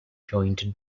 joined